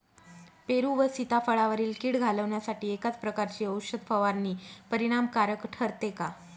पेरू व सीताफळावरील कीड घालवण्यासाठी एकाच प्रकारची औषध फवारणी परिणामकारक ठरते का?